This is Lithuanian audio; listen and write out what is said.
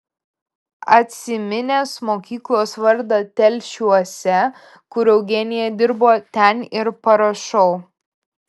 atsiminęs mokyklos vardą telšiuose kur eugenija dirbo ten ir parašau